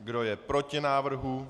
Kdo je proti návrhu?